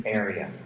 area